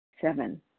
Seven